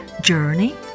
Journey